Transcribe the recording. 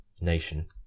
nation